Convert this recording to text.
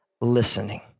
listening